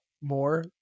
more